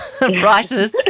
writers